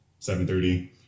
7.30